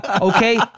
okay